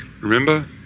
Remember